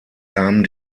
kamen